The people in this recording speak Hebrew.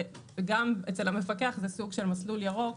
וגם אצל המפקח זה סוג של מסלול ירוק,